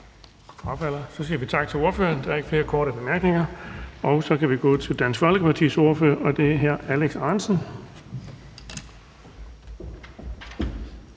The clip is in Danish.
Bonnesen): Tak til ordføreren. Der er ikke flere korte bemærkninger. Så kan vi gå til Dansk Folkepartis ordfører, og det er hr. Alex Ahrendtsen.